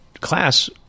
class